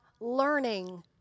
learning